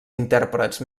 intèrprets